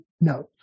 No